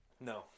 No